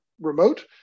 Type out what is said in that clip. remote